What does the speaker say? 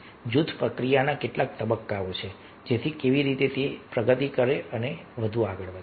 આ જૂથ પ્રક્રિયાના કેટલાક તબક્કા છે જૂથ કેવી રીતે પ્રગતિ કરે છે તે પ્રગતિ